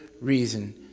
reason